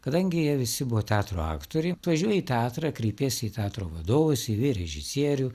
kadangi jie visi buvo teatro aktoriai važiuoji į teatrą kreipiesi į teatro vadovus į vyr režisierių